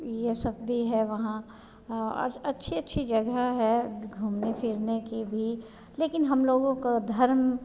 यह सब भी है वहाँ और अच्छी अच्छी जगह है घूमने फिरने की भी लेकिन हम लोगों को धर्म